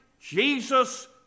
Jesus